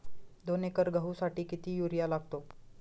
दोन एकर गहूसाठी किती युरिया लागतो?